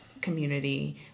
community